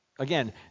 again